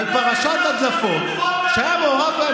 ----- על פרשת הדלפות שהיה מעורב בהן